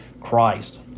Christ